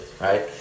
right